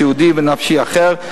סיעודי ונפשי אחר,